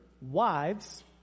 wives